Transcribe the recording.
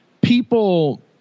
people